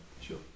Sure